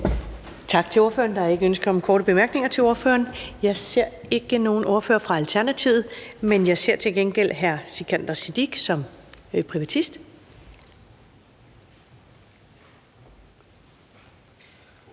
Tak til ordføreren. Der er ikke noget ønske om korte bemærkninger. Jeg ser ikke nogen ordfører fra Alternativet, men jeg ser til gengæld hr. Sikandar Siddique, som er privatist.